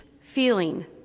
feeling